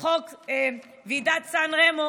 חוק ועידת סן רמו